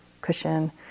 cushion